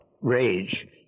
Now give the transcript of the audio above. rage